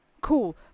cool